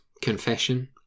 confession